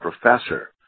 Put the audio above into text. professor